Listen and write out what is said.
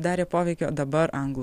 darė poveikį o dabar anglų